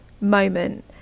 moment